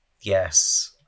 Yes